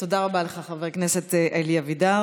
תודה רבה לך, חבר הכנסת אלי אבידר.